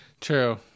True